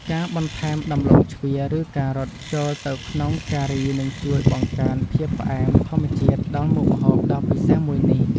ការបន្ថែមដំឡូងជ្វាឬការ៉ុតចូលក្នុងទឹកការីនឹងជួយបង្កើនភាពផ្អែមធម្មជាតិដល់មុខម្ហូបដ៏ពិសេសមួយនេះ។